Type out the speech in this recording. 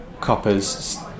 coppers